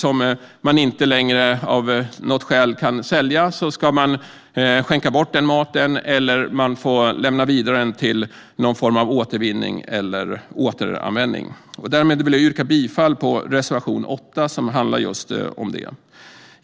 Om det finns mat som man av något skäl inte längre kan sälja ska man skänka bort den eller lämna den vidare till någon form av återvinning eller återanvändning. Därmed vill jag yrka bifall till reservation 8, som handlar om just detta.